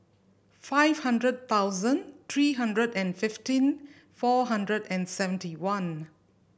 five hundred thousand three hundred and fifteen four hundred and seventy one